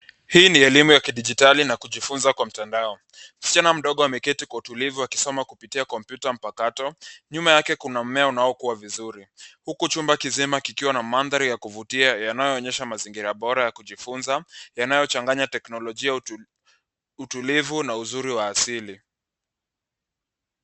Hii ni elimu ya kidijitali na kujifunza kwa mtandao, msichana mdogo ameketi kwa utulivu akisoma kupitia kompyuta mpakato. Nyuma yake kuna mmea unaokuwa vizuri, huku chumba kizima kikiwa na mandhari ya kuvutia yanayoonyesha mazingira bora ya kujifunza yanayochanganya teknolojia, utulivu na uzuri wa asili.